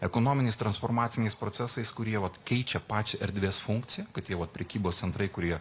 ekonominiai transformaciniais procesais kurie vat keičia pačią erdvės funkciją kad tie vat prekybos centrai kurie